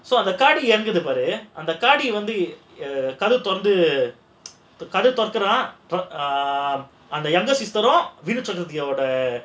so அந்த காடி வந்து கதவை தொறக்குறான் அந்த:andha kaadi vandhu kathava thorakuran andha ah the younger sister விணுசக்கரவர்த்தியோட:vinuchakaravarthioda